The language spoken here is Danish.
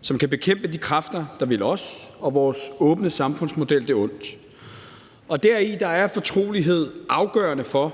som kan bekæmpe de kræfter, der vil os og vores åbne samfundsmodel det ondt. Der er fortrolighed afgørende for,